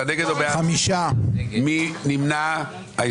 מי נמנע?